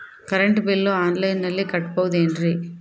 Current bill ಆನ್ಲೈನಿನಲ್ಲಿ ಕಟ್ಟಬಹುದು ಏನ್ರಿ?